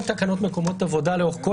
כל התקנות במקומות עבודה לאורך כל